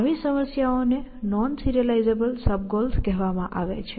આવી સમસ્યાઓને non serialisable sub goal કહેવામાં આવે છે